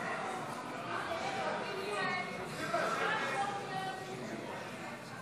אם כן, להלן תוצאות